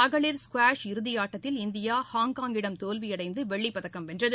மகளிர் ஸ்குவாஷ் இறுதியாட்டத்தில் இந்தியா ஹாங்காங்கிடம் தோல்வியடைந்து வெள்ளிப் பதக்கம் வென்றது